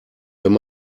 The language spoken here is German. wenn